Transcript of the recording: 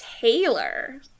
Taylor